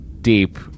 deep